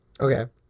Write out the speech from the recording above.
Okay